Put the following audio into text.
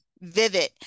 vivid